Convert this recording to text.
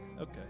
okay